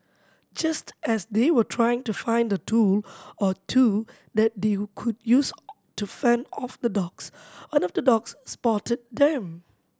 just as they were trying to find a tool or two that they could use to fend off the dogs one of the dogs spotted them